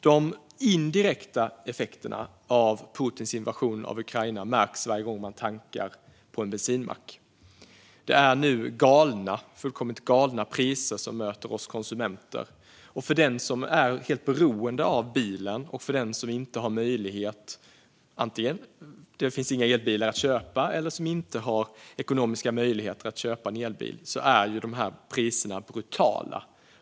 De indirekta effekterna av Putins invasion av Ukraina märks varje gång man tankar på en bensinmack. Det är nu fullkomligt galna priser som möter oss konsumenter. För den som är helt beroende av bilen och inte har möjlighet att skaffa elbil, antingen för att det inte finns några elbilar att köpa eller för att man inte har de ekonomiska möjligheterna att göra det, är priserna brutala.